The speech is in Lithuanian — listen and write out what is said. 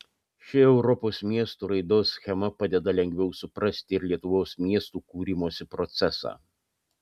ši europos miestų raidos schema padeda lengviau suprasti ir lietuvos miestų kūrimosi procesą